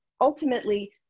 ultimately